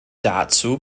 dazu